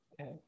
Okay